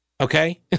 okay